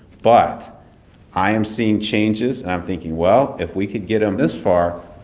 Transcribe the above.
but i am seeing changes. and i'm thinking, well, if we could get them this far,